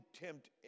tempt